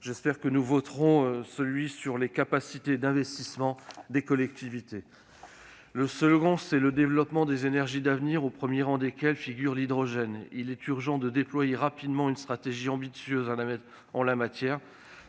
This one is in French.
J'espère que nous adopterons ce taux sur les capacités d'investissement des collectivités. Le second levier d'action, c'est le développement des énergies d'avenir, au premier rang desquelles figure l'hydrogène. Il est urgent de déployer rapidement une stratégie ambitieuse dans ce domaine.